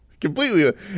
Completely